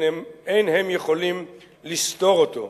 ואין הם יכולים לסתור אותו.